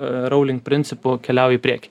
raulink principu keliauji į priekį